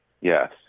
Yes